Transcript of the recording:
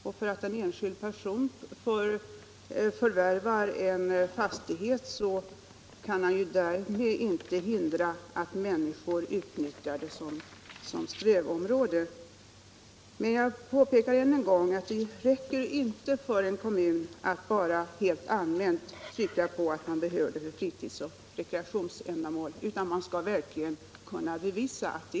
Därför att en enskild person förvärvar en fastighet kan han inte hindra att människor utnyttjar marken som strövområde. Jag vill än en gång påpeka att det inte räcker för en kommun att bara helt allmänt trycka på att marken behövs för fritidsoch rekreationsändamål, utan man skall verkligen kunna bevisa det.